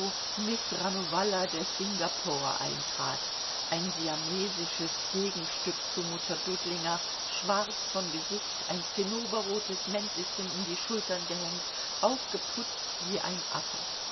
miß ranovalla de singapore eintrat ein siamesisches gegenstück zu mutter dudlinger schwarz von gesicht ein zinnoberrotes mäntelchen um die schultern gehängt aufgeputzt wie ein affe